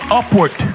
upward